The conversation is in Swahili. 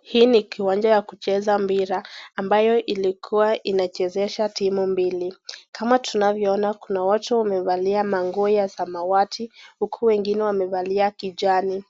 Hiki ni kiwanja ya kucheza mpira, ambayo ilikuwa inachezesha timu mbili. Kama tunavyo ona kuna watu wamevalia manguo ya samawati huku wengine wamevalia kijani.